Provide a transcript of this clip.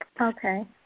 Okay